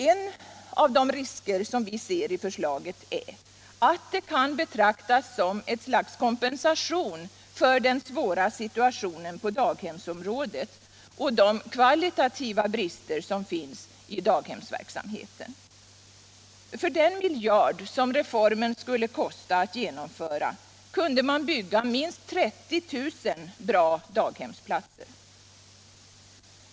En av de risker som vi ser i förslaget är att det kan betraktas som ett slags kompensation för den svåra situationen på daghemsområdet och de kvalitativa brister som finns i daghemsverksamheten. För den miljard som reformen skulle kosta att genomföra kunde man bygga minst 30 000 bra daghemsplatser.